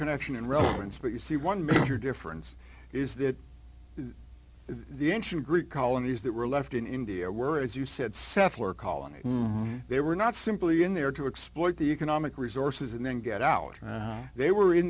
connection and relevance but you see one major difference is that the ancient greek colonies that were left in india were as you said settler colony they were not simply in there to exploit the economic resources and then get out they were in